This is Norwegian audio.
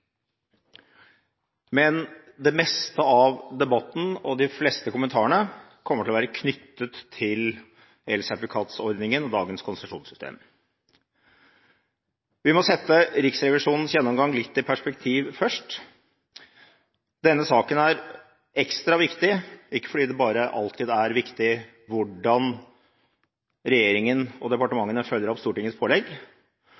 Men det meste av debatten og de fleste kommentarene kommer til å være knyttet til elsertifikatordningen og dagens konsesjonssystem. Vi må først sette Riksrevisjonens gjennomgang litt i perspektiv. Denne saken er ekstra viktig, ikke bare fordi det alltid er viktig hvordan regjeringen og